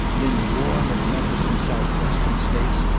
and in the warm and mettlesome south-western states,